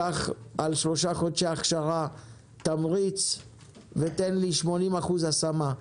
קח על שלושה חודשי הכשרה תמריץ ותן לי 80% השמה.